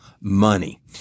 money